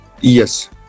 Yes